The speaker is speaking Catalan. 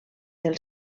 del